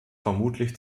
vermutlich